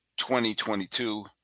2022